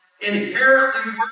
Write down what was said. inherently